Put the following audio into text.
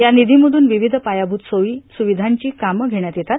या निधीमधून विविध पायाभूत सोयी सुविधांची कामं घेण्यात येतात